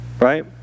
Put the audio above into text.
right